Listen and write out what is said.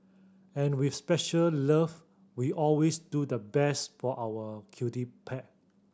and with special love we always do the best for our cutie pet